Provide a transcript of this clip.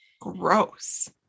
Gross